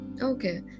okay